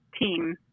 team